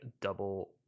double